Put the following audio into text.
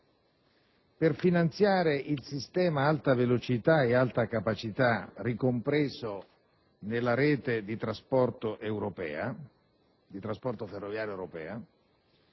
per finanziare il sistema alta velocità‑alta capacità, ricompreso nella rete di trasporto ferroviaria europea,